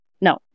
No